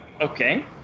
Okay